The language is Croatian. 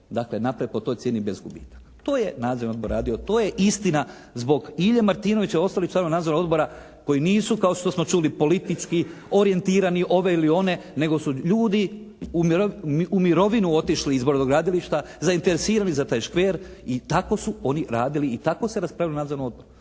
dakle napraviti po toj cijeni bez gubitaka. To je Nadzorni odbor radio, to je istina. Zbog Ilije Martinovića ostali članovi Nadzornog odbora koji nisu kao što smo čuli politički orijentirani ove ili one, nego su ljudi u mirovinu otišli iz brodogradilišta zainteresirani za taj škver i tako su oni radili i tako se raspravljalo u Nadzornom odboru.